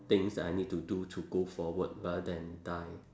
things that I need to do to go forward rather than die